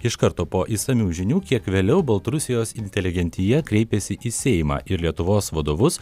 iš karto po išsamių žinių kiek vėliau baltarusijos inteligentija kreipėsi į seimą ir lietuvos vadovus